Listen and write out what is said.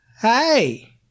Hey